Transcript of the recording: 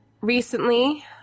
recently